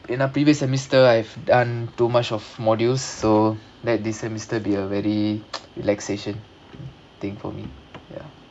in a previous semester I've done too much of modules so let this semester be a very relaxation thing for me ya